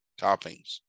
toppings